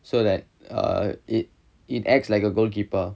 so that err it it acts like a goalkeeper